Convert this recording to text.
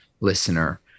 listener